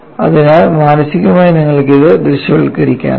അതിനാൽ മാനസികമായി നിങ്ങൾക്ക് ഇത് ദൃശ്യവൽക്കരിക്കാനാകും